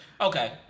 Okay